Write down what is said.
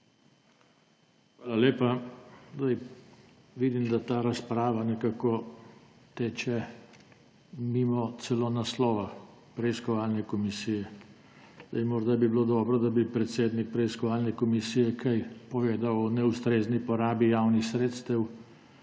Hvala lepa. Vidim, da ta razprava nekako teče mimo celo naslova preiskovalne komisije. Morda bi bilo dobro, da bi predsednik preiskovalne komisije kaj povedal o neustrezni porabi javnih sredstev